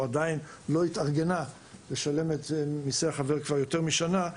או עדיין לא התארגנה לשלם את מיסי החבר כבר יותר משנה.